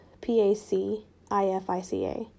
P-A-C-I-F-I-C-A